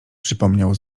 przypomniał